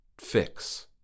fix